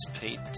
Pete